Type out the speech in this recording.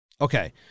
Okay